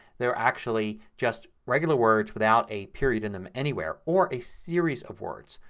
they're actually just regular words without a period in them anywhere or a series of words.